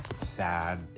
sad